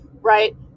right